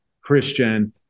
Christian